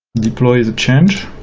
deploy the change.